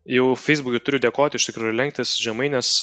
jau feisbukui turiu dėkoti iš tikrųjų lenktis žemai nes